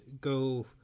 go